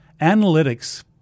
analytics